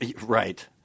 right